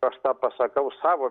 nors tą pasakau savo